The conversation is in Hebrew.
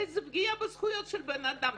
איזה פגיעה בזכויות של בן אדם?